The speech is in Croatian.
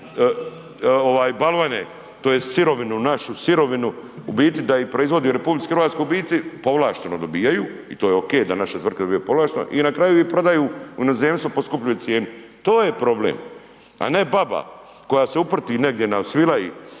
balvane tj. sirovinu našu sirovinu u biti da ih proizvodi u RH u biti povlašteno dobivaju, i to je ok da naše tvrtke dobivaju povlašteno i na kraju ih prodaju u inozemstvo po skupljoj cijeni. To je problem. A ne baba koja se uprti negdje na Svilaji